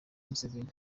museveni